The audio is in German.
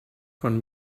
von